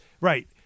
right